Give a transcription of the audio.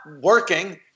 working